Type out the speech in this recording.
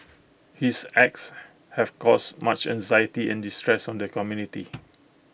his acts have caused much anxiety and distress on the community